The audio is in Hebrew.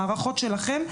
במערכות שלכם,